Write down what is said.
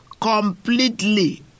completely